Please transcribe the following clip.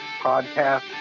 podcast